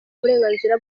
uburenganzira